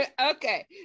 Okay